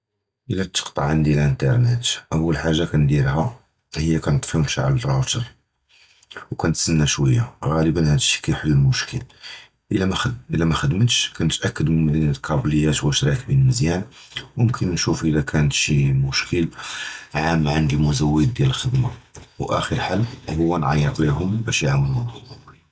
אִילַא תִקַּע עַנִי לִאִינְתֶרְנַאט, אֻוַּל חַאגָה קִאנְדִירְהָא הִיּ נַטְפִי וְנִשְעַל רוֹגֶ'ר, קִנְסְתַנַא שְוִיַּה אִילַא מַחְדֶמְתִּיש, קִנְתַ'אכֵּד מַלְקַאבְלִיַאט שְו רַאקְבִין מְזְיָאן, מֻמְקִין נִשּוּف אִילַא קַאן שִי מֻשְכִיל עָאם עַנְד לִמְזוּד דִיַּל אִל-חִ'דְמָה, וְאַחִיר חַל הִיּ نַעְיְטְלְהֻם בַּאש יִعַמְרוּ.